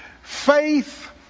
faith